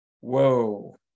Whoa